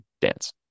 dance